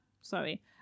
sorry